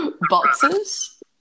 boxes